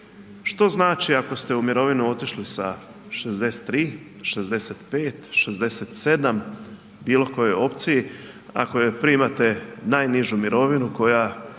Što znači ako ste otišli u mirovinu sa 63, 65, 67 bilo koja opcija ako primate najnižu mirovinu koja